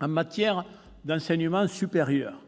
En matière d'enseignement supérieur,